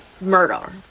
murder